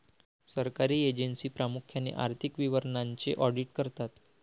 सरकारी एजन्सी प्रामुख्याने आर्थिक विवरणांचे ऑडिट करतात